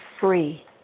free